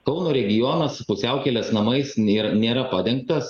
kauno regionas pusiaukelės namais nėra nėra padengtas